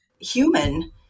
human